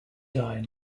eye